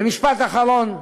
ומשפט אחרון,